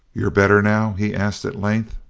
you're better now? he asked at length.